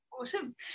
Awesome